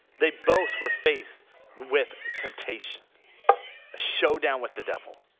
they both were faced with temptation a showdown with the devil.